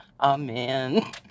amen